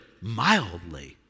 mildly